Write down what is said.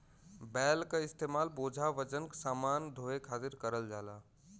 बैल क इस्तेमाल बोझा वजन समान ढोये खातिर करल जाला